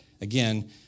again